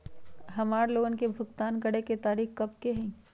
हमार लोन भुगतान करे के तारीख कब तक के हई?